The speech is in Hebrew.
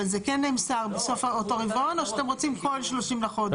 אבל זה כן נמסר בסוף אותו רבעון או שאתם כל 30 לחודש?